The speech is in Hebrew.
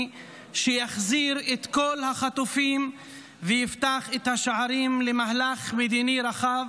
שיחזיר את כל החטופים ויפתח את השערים למהלך מדיני רחב,